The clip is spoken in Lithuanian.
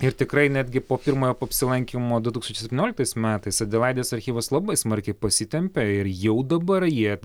ir tikrai netgi po pirmojo apsilankymo du tūkstančiai septynioliktais metais adelaidės archyvas labai smarkiai pasitempė ir jau dabar jie